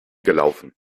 gelaufen